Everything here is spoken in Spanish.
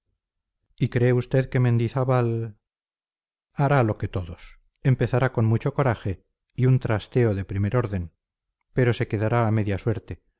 y cree usted que mendizábal hará lo que todos empezará con mucho coraje y un trasteo de primer orden pero se quedará a media suerte